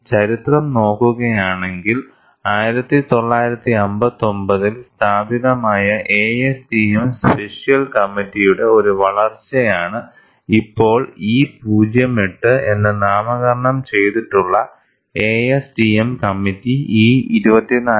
ചരിത്രം നോക്കുകയാണെങ്കിൽ 1959 ൽ സ്ഥാപിതമായ ASTM സ്പെഷ്യൽ കമ്മിറ്റിയുടെ ഒരു വളർച്ചയാണ് ഇപ്പോൾ E 08 എന്ന് നാമകരണം ചെയ്തിട്ടുള്ള ASTM കമ്മിറ്റി E 24